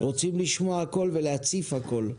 רוצים לשמוע הכל ולהציף הכל.